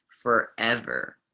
forever